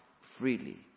freely